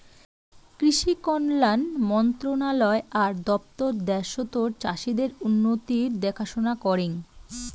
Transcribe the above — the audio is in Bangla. কৃষি কল্যাণ মন্ত্রণালয় আর দপ্তর দ্যাশতর চাষীদের উন্নতির দেখাশনা করেঙ